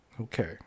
Okay